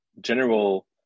General